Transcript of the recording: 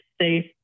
safe